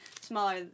smaller